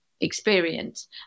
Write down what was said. experience